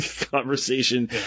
conversation